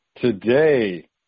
Today